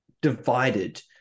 divided